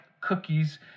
cookies